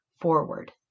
forward